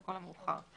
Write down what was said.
לכל המאוחר.